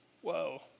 Whoa